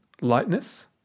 lightness